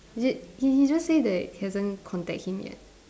is it he he just say that he hasn't contact him yet